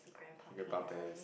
we can